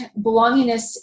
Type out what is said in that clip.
belongingness